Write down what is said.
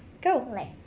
Go